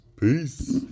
Peace